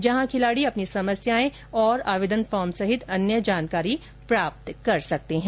जहां खिलाडी अपनी समस्यायें और आवेदन फार्म सहित अन्य जानकारी प्राप्त कर सकते है